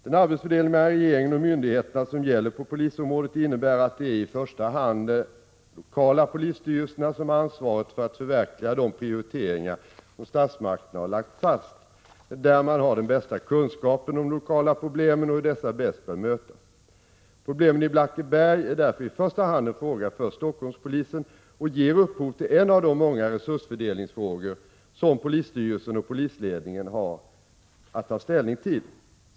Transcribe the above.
Den arbetsfördelning mellan regeringen och myndigheterna som gäller på polisområdet innebär att det i första hand är de lokala polisstyrelserna som 85 har ansvaret för att förverkliga de prioriteringar som statsmakterna har lagt fast. Det är där man har den bästa kunskapen om de lokala problemen och hur dessa bäst bör mötas. Problemen i Blackeberg är därför i första hand en fråga för Stockholmspolisen och ger upphov till en av de många resursfördelningsfrågor som polisstyrelsen och polisledningen har att ta ställning till.